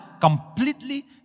completely